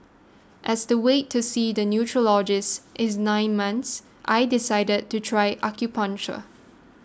as the wait to see the neurologist is nine months I decided to try acupuncture